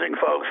folks